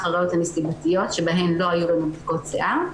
הראיות הנסיבתיות שבהן לא היו לנו בדיקות שיער,